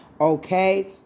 okay